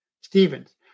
Stevens